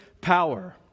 power